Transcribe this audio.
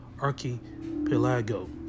archipelago